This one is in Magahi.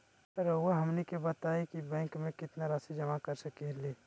रहुआ हमनी के बताएं कि बैंक में कितना रासि जमा कर सके ली?